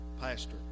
pastor